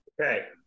Okay